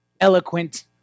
eloquent